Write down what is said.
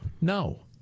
No